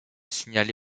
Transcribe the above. signalé